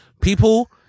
People